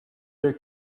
their